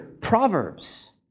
Proverbs